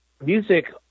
music